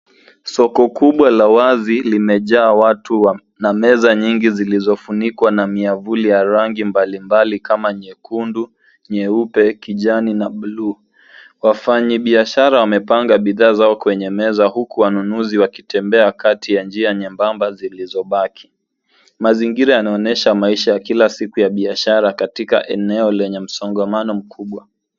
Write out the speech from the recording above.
Soko kubwa la wazi limejaa watu na meza nyingi zilizofunikwa na miavuli ya rangi mbalimbali kama nyekundu, nyeupe, kijani na bluu. Wafanyi biashara wamepanga bidhaa zao kwenye meza huku wanunuzi wakitembea kati ya njia nyembamba zilizobaki. Mazingira yanaonyesha maisha ya kila siku ya biashara katika eneo lenye msongamano mkubwa.